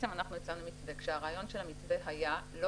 אנחנו הצענו מתווה כשהרעיון של המתווה היה לא